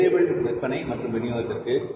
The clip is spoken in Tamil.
வேரியபில் விற்பனை மற்றும் விநியோகத்திற்கு